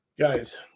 guys